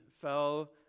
fell